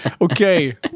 Okay